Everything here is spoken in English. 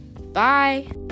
Bye